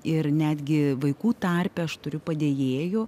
ir netgi vaikų tarpe aš turiu padėjėjų